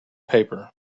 paper